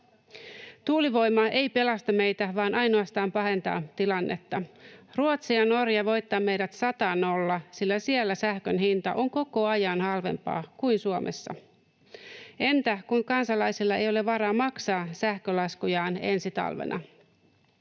Tuulivoima ei pelasta meitä vaan ainoastaan pahentaa tilannetta. Ruotsi ja Norja voittavat meidät 100—0, sillä siellä sähkön hinta on koko ajan halvempaa kuin Suomessa. Entä kun kansalaisilla ei ole varaa maksaa sähkölaskujaan ensi talvena?